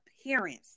appearance